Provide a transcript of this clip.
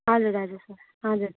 हजुर हजुर सर हजुर